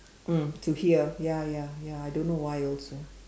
mm to hear ya ya ya I don't know why also